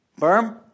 Berm